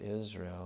israel